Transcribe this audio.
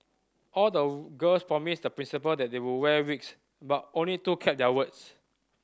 all the girls promised the principal that they would wear wigs but only two kept their words